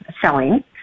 selling